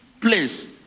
place